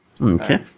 Okay